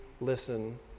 listen